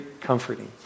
comforting